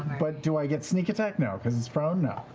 but do i get sneak attack? no. because it's prone, no.